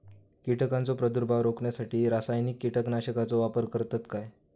कीटकांचो प्रादुर्भाव रोखण्यासाठी रासायनिक कीटकनाशकाचो वापर करतत काय?